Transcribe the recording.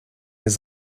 his